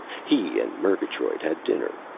he and murgatroyd had dinner.